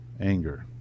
anger